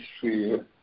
fear